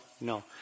No